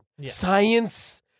science